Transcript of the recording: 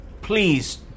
please